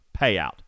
payout